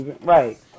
right